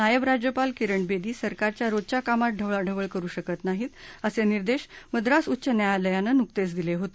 नायब राज्यपाल किरण बेदी सरकारच्या रोजच्या कामात ढवळाढवळ करु शकत नाही असे निर्देश मद्रास उच्च न्यायालयानं नुकतेच दिले होते